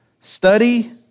Study